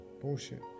bullshit